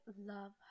love